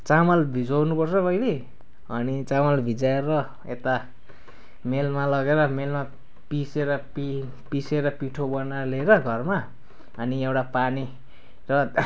चामल भिजाउनु पर्छ पहिला अनि चामल भिजाएर यता मेलमा लगेर मेलमा पिसेर पिसेर पिठो बनाएर लिएर घरमा अनि एउडा पानी र